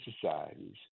societies